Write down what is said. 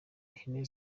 ihene